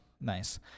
Nice